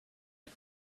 and